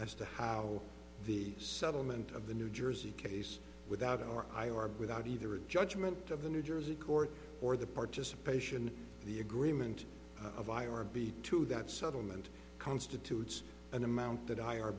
as to how the settlement of the new jersey case without our i r b without either a judgment of the new jersey court or the participation of the agreement of i r b to that settlement constitutes an amount that i